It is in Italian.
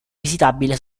visitabile